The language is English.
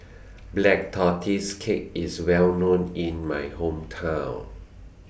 Black Tortoise Cake IS Well known in My Hometown